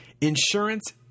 insurance